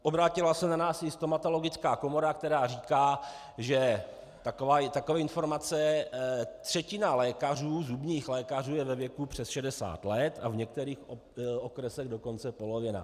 Obrátila se na nás i stomatologická komora, která říká, že taková je informace třetina lékařů, zubních lékařů, je ve věku přes šedesát let, a v některých okresech dokonce polovina.